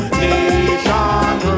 nation